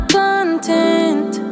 content